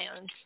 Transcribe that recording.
own